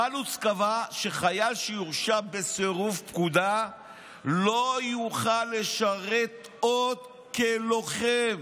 "חלוץ קבע שחייל שיורשע בסירוב פקודה לא יוכל לשרת עוד כלוחם,